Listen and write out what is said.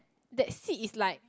that seat is like